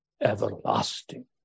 everlasting